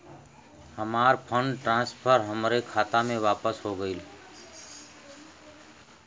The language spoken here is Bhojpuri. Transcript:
हमार फंड ट्रांसफर हमरे खाता मे वापस हो गईल